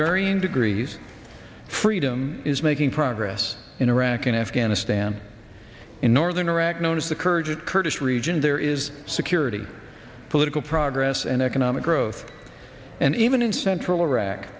varying degrees freedom is making progress in iraq and afghanistan in northern iraq known as the courage and kurdish region there is security political progress and economic growth and even in central iraq